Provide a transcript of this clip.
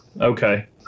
okay